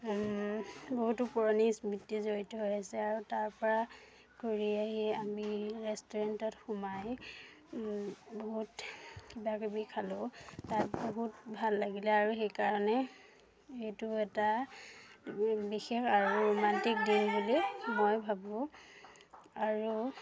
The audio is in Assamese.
বহুতো পুৰণি স্মৃতি জড়িত হৈ আছে আৰু তাৰ পৰা কৰি আহি আমি ৰেষ্টুৰেণ্টত সোমাই বহুত কিবা কিবি খালোঁ তাত বহুত ভাল লাগিলে আৰু সেইকাৰণে এইটো এটা বিশেষ আৰু ৰোমান্টিক দিন বুলি মই ভাবোঁ আৰু